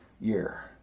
year